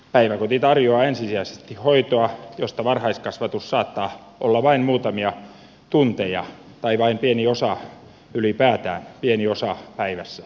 päiväkoti tarjoaa ensisijaisesti hoitoa josta varhaiskasvatus saattaa olla vain muutamia tunteja tai vain pieni osa ylipäätään päivässä